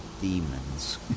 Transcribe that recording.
demons